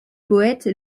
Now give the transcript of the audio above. poète